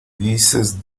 dices